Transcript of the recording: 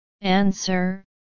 Answer